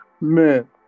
Man